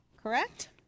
correct